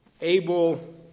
able